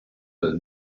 del